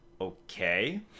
okay